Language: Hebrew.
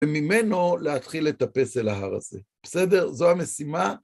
וממנו להתחיל לטפס אל ההר הזה. בסדר? זו המשימה.